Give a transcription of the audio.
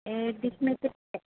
ఏ డిష్లు అయితే